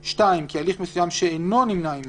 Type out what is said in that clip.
(2) כי הליך מסוים שאינו נמנה עם